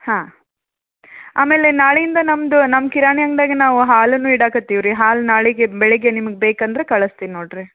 ಹಾಂ ಆಮೇಲೆ ನಾಳೆಯಿಂದ ನಮ್ದು ನಮ್ಮ ಕಿರಾಣಿ ಅಂಗ್ಡ್ಯಾಗೆ ನಾವು ಹಾಲನ್ನು ಇಡಾಕತ್ತೀವಿ ರೀ ಹಾಲು ನಾಳೆಗೆ ಬೆಳಗ್ಗೆ ನಿಮ್ಗೆ ಬೇಕೆಂದ್ರೆ ಕಳಿಸ್ತೀನಿ ನೋಡಿರಿ